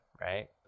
right